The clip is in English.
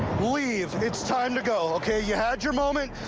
leave. it's time to go, ok? you had your moment.